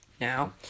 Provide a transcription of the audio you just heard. Now